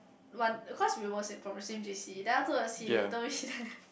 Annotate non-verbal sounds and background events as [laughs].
one cause we was in from the same J_C then afterwards he told me [laughs]